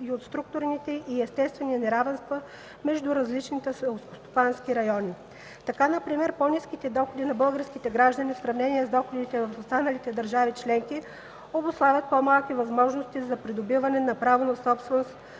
и от структурните и естествени неравенства между различните селскостопански райони. Така например по-ниските доходи на българските граждани, в сравнение с доходите в останалите държави членки, обуславят по-малки възможности за придобиване на право на собственост